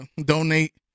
donate